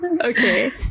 Okay